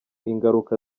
ingaruka